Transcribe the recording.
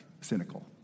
cynical